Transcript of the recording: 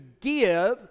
give